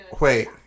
Wait